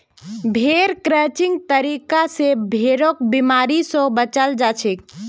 भेड़ क्रचिंग तरीका स भेड़क बिमारी स बचाल जाछेक